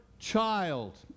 Child